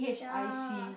ya